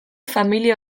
familia